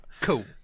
Cool